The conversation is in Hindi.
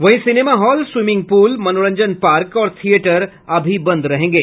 वहीं सिनेमा हॉल स्वीमिंग पूल मंनोरंजन पार्क और थियेटर अभी बंद रहेंगे